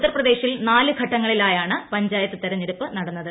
ഉത്തർപ്രദേശിൽ നാല് ഘട്ടങ്ങളിലായാണ് പഞ്ചായത്ത് തെരഞ്ഞെടുപ്പ് നടന്നത്